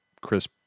Chris